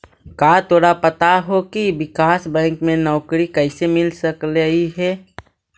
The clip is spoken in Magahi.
का तोरा पता हो की विकास बैंक में नौकरी कइसे मिल सकलई हे?